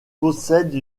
possède